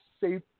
safe